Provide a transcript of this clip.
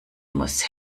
muss